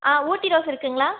ஆ Ooty rose இருக்குங்களா